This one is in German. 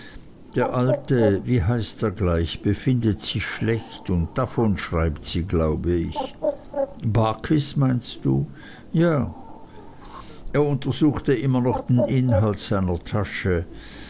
der alte wie heißt er gleich befindet sich schlecht und davon schreibt sie glaube ich barkis meinst du ja er untersuchte immer noch den inhalt seiner tasche